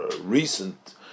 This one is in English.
recent